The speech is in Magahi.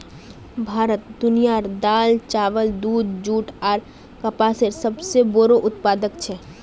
भारत दुनियार दाल, चावल, दूध, जुट आर कपसेर सबसे बोड़ो उत्पादक छे